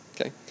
Okay